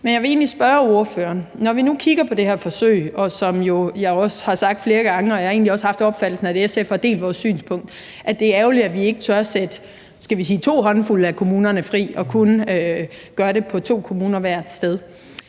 egentlig spørge ordføreren om noget andet. Når vi nu kigger på det her forsøg, synes jeg, som jeg også har sagt flere gange, og jeg har egentlig også haft opfattelsen af, at SF har delt vores synspunkt, at det er ærgerligt, at vi ikke tør sætte to håndfulde af kommunerne fri og kun gør det med to kommuner hvert sted.